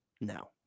No